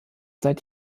seit